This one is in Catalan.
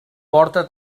porta